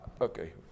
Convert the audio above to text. Okay